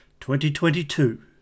2022